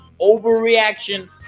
overreaction